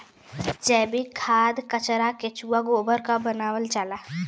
जैविक खाद कचरा केचुआ गोबर क बनावल जाला